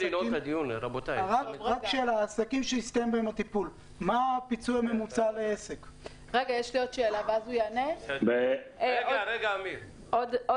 עכשיו, גם במקרים שטופלו, המענק לא יהיה תמיד על